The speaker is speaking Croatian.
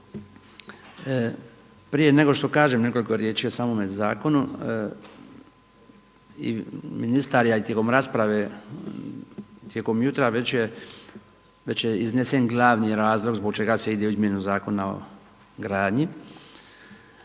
Prije nego što kažem nekoliko riječi o samome zakonu i ministar je, a i tijekom rasprave tijekom jutra već je iznesen glavni razlog zbog čega se ide u izmjenu Zakona o gradnji,